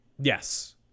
Yes